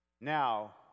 Now